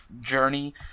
journey